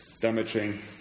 damaging